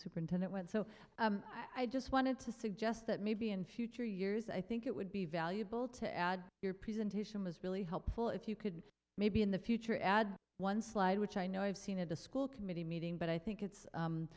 superintendent went so i just wanted to suggest that maybe in future years i think it would be valuable to add your presentation was really helpful if you could maybe in the future add one slide which i know i've seen at a school committee meeting but i think it's